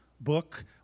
book